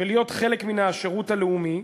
ולהיות חלק מן השירות הלאומי,